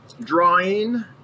drawing